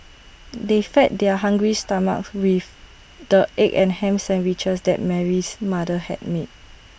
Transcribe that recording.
they fed their hungry stomachs with the egg and Ham Sandwiches that Mary's mother had made